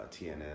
TNN